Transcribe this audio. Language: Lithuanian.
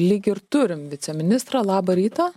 lyg ir turim viceministrą labą rytą